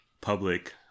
public